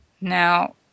Now